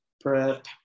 prep